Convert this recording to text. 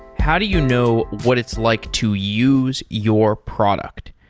how do you know what it's like to use your product?